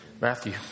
Matthew